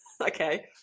Okay